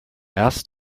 erst